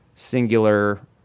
singular